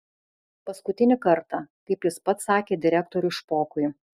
paskutinį kartą kaip jis pats sakė direktoriui špokui